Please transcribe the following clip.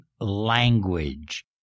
language